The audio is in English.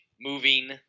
moving